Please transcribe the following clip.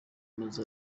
maze